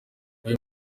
uyu